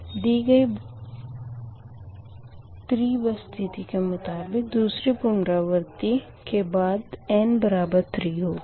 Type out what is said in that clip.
sin θ1k 1k दी गाई 3 बस स्थिति के मुताबिक़ दूसरी पुनरावर्ती के बाद n बराबर 3 होगा